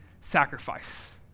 sacrifice